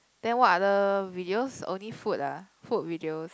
then what other videos only food ah food videos